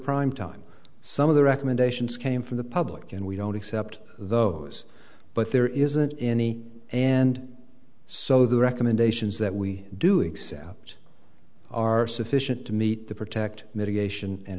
prime time some of the recommendations came from the public and we don't accept those but there isn't any and so the recommendations that we do except are sufficient to meet the protect mitigation and